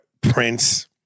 Prince